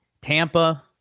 Tampa